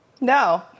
No